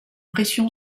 pression